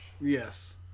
Yes